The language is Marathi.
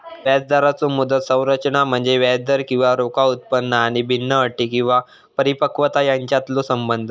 व्याजदराचो मुदत संरचना म्हणजे व्याजदर किंवा रोखा उत्पन्न आणि भिन्न अटी किंवा परिपक्वता यांच्यातलो संबंध